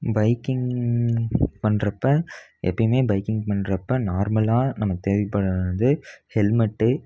biking பண்ணுறப்ப எப்பையுமே biking பண்ணுறப்ப நார்மலாக நமக்கு தேவைப்படுவது வந்து ஹெல்மெட்